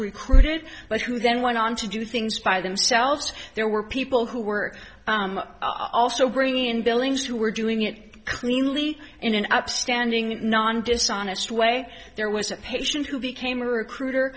recruited but who then went on to do things by themselves there were people who were also bringing in billings who were doing it cleanly in an upstanding non dishonest way there was a patient who became a recruiter